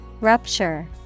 Rupture